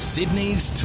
Sydney's